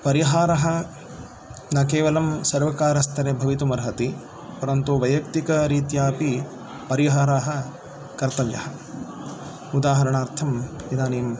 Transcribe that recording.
परिहारः न केवलं सर्वकारस्तरे भवितुम् अर्हति परन्तु वैयक्तिकरीत्यापि परिहारः कर्तव्यः उदाहरणार्थं इदानीम्